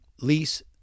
lease